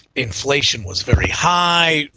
inflation was very high,